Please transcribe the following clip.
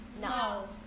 No